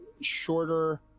shorter